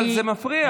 אבל זה מפריע.